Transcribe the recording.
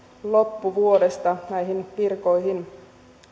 loppuvuodesta näihin virkoihin